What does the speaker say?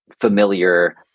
familiar